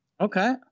Okay